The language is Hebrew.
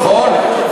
נכון?